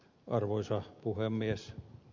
arvoisa puhemies